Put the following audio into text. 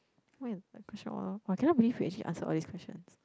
when my question all out !wah! I cannot believe we actually answered all these questions